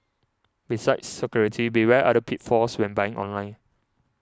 besides security beware other pitfalls when buying online